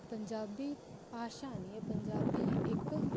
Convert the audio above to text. ਪੰਜਾਬੀ ਭਾਸ਼ਾ ਨਹੀਂ ਹੈ ਪੰਜਾਬੀ ਇੱਕ